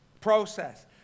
process